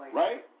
right